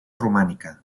romànica